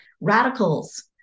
radicals